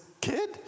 kid